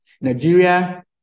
Nigeria